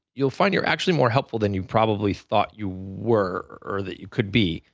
you'll find you're actually more helpful than you probably thought you were or that you could be.